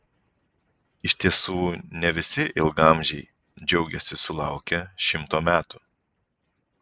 iš tiesų ne visi ilgaamžiai džiaugiasi sulaukę šimto metų